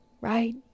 Right